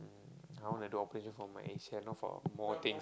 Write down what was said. I wanna do operation for my A_C_L not for more things